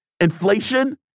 inflation